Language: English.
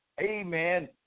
Amen